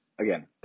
again